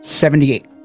Seventy-eight